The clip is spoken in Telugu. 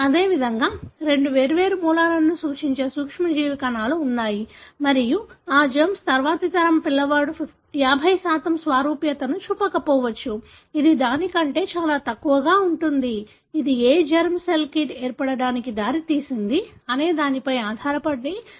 అదేవిధంగా రెండు వేర్వేరు మూలాలను సూచించే సూక్ష్మక్రిమి కణాలు ఉన్నాయి మరియు ఆ జెర్మ్స్ తరువాతి తరం పిల్లవాడు 50 సారూప్యతను చూపకపోవచ్చు ఇది దాని కంటే చాలా తక్కువగా ఉంటుంది ఇది ఏ జెర్మ్ సెల్ కిడ్ ఏర్పడటానికి దారితీసింది అనేదానిపై ఆధారపడి ఉంటుంది పై